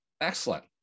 Excellent